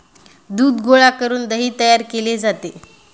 दूध गोळा करून दही तयार केले जाते